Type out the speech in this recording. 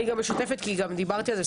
אני גם משתפת כי גם דיברתי על זה.